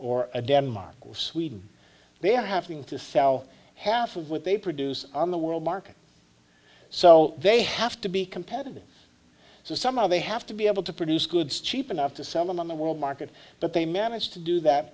a denmark sweden they are having to sell half of what they produce on the world market so they have to be competitive so somehow they have to be able to produce goods cheap enough to sell them on the world market but they managed to do that